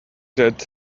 that